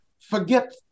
Forget